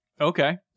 Okay